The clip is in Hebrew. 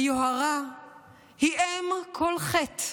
היוהרה היא אם כל חטא.